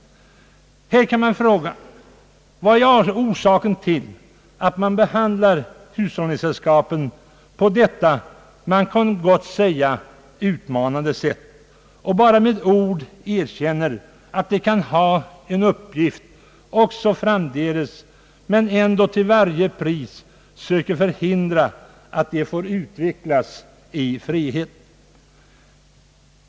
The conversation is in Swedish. Här kan man fråga: Vad är orsaken till att sällskapen behandlas på detta, man kan gott säga utmanande, sätt? Varför erkänner man att de kan ha en uppgift att fylla också framdeles, samtidigt som man ändå till varje pris söker förhindra att de får utvecklas i frihet?